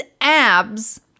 abs